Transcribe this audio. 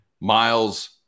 Miles